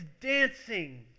dancing